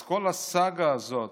אז כל הסאגה הזאת,